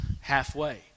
halfway